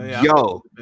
Yo